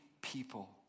people